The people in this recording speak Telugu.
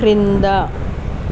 క్రింద